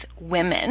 women